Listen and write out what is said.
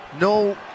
no